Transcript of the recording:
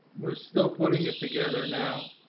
we're still putting it together now.